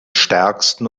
stärksten